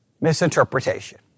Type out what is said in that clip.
misinterpretation